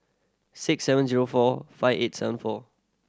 six seven zero four five eight seven four